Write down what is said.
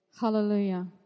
Hallelujah